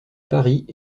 paris